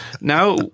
now